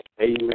Amen